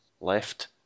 left